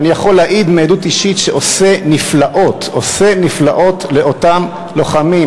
שאני יכול להעיד מעדות אישית שהוא עושה נפלאות לאותם לוחמים,